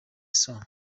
song